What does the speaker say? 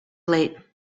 late